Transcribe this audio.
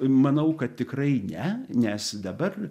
manau kad tikrai ne nes dabar